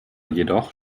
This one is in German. jedoch